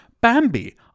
Bambi